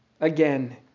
again